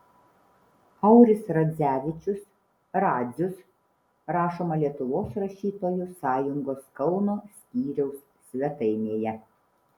auris radzevičius radzius rašoma lietuvos rašytojų sąjungos kauno skyriaus svetainėje